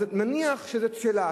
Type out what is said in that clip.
אז נניח שזאת שאלה,